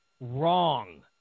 wrong